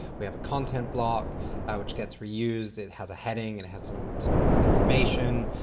we have a content block which gets reused. it has a heading and has some some information.